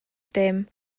dim